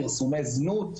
פרסומי זנות,